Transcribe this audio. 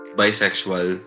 bisexual